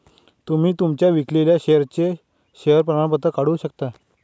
तुम्ही तुमच्या विकलेल्या शेअर्सचे शेअर प्रमाणपत्र काढू शकता